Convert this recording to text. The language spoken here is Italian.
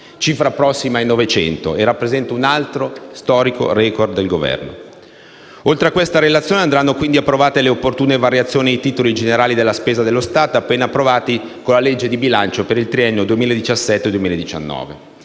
cifra prossima a 900 miliardi, un altro *record* storico del Governo. Oltre a questa relazione, andranno quindi approvate le opportune variazioni ai totali generali della spesa dello Stato, appena approvati con la legge di bilancio, per il triennio 2017-2019.